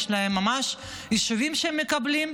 יש להם ממש יישובים שהם מקבלים,